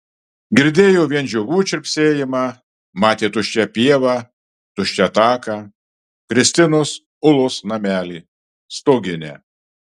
girdėjo vien žiogų čirpsėjimą matė tuščią pievą tuščią taką kristinos ulos namelį stoginę